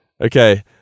okay